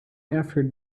after